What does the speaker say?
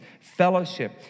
fellowship